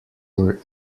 were